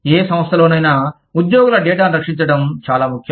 ఏ సంస్థలోనైనా ఉద్యోగుల డేటాను రక్షించడం చాలా ముఖ్యం